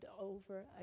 over